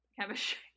chemistry